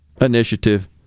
initiative